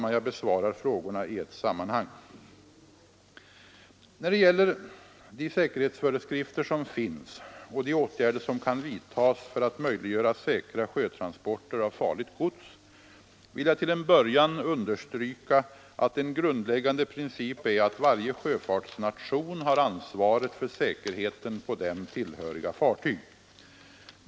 Jag besvarar frågorna i ett sammanhang. När det gäller de säkerhetsföreskrifter som finns och de åtgärder som kan vidtas för att möjliggöra säkra sjötransporter av farligt gods, vill jag till en början understryka att en grundläggande princip är att varje sjöfartsnation har ansvaret för säkerheten på den tillhöriga fartyg.